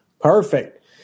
Perfect